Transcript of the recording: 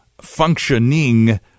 functioning